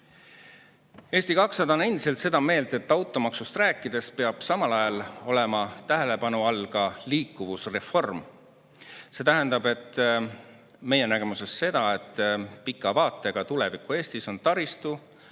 200 on endiselt seda meelt, et automaksust rääkides peab samal ajal olema tähelepanu all ka liikuvusreform. See tähendab meie nägemuses seda, et pika vaatega tuleviku Eestis on taristu,